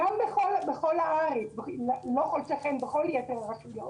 כך זה גם בכל הארץ, בכל יתר הרשויות.